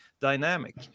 dynamic